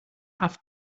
have